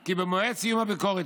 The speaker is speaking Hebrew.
כי במועד סיום הביקורת,